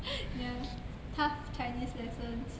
ya tough chinese lessons